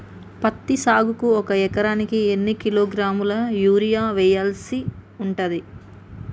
పత్తి సాగుకు ఒక ఎకరానికి ఎన్ని కిలోగ్రాముల యూరియా వెయ్యాల్సి ఉంటది?